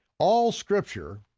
all scripture,